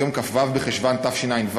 ביום כ"ו בחשוון התשע"ו,